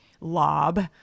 lob